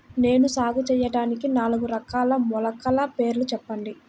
నేను సాగు చేయటానికి నాలుగు రకాల మొలకల పేర్లు చెప్పండి?